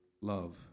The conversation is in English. love